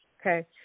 Okay